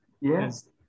Yes